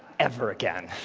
ever again.